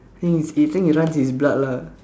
he is runs his blood lah